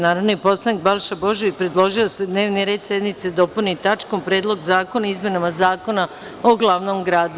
Narodni poslanik Balša Božović predložio je da se dnevni red sednice dopuni tačkom Predlog zakona o izmenama Zakona o glavnom gradu.